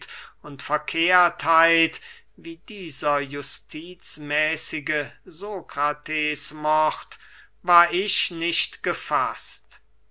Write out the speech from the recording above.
und verkehrtheit wie dieser justizmäßige sokratesmord war ich nicht gefaßt